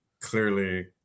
Clearly